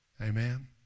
Amen